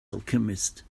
alchemist